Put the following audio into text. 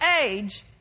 age